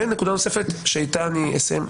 נקודה נוספת איתה אני אסיים.